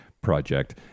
project